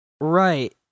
Right